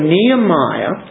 Nehemiah